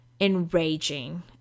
enraging